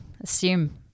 assume